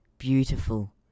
Beautiful